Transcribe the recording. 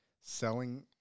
selling